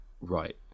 right